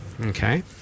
Okay